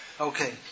Okay